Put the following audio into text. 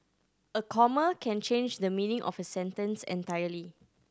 a comma can change the meaning of a sentence entirely